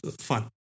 fun